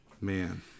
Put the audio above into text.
Man